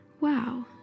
Wow